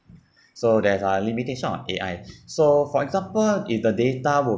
so there's a limitation on A_I so for example if the data